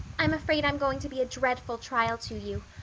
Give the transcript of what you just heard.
i'm afraid i'm going to be a dreadful trial to you.